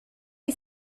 est